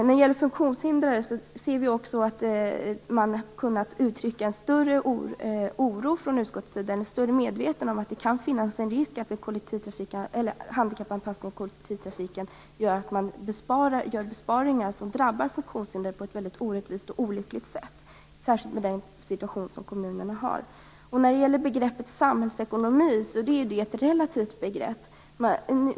När det gäller de funktionshindrade hade man från utskottets sida kunnat ge uttryck för en större oro eller för en större medvetenhet om att risken kan finnas att handikappanpassningen av kollektivtrafiken innebär att besparingar görs som drabbar funktionshindrade på ett väldigt orättvist och olyckligt sätt; särskilt med tanke på den situation som kommunerna befinner sig i. Begreppet samhällsekonomi är ett relativt begrepp.